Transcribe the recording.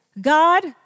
God